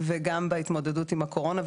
ובהתמודדות עם הקורונה,